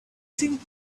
think